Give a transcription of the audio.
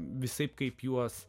visaip kaip juos